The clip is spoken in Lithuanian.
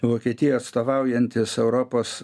vokietijai atstovaujantis europos